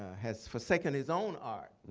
has forsaken his own art,